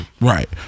Right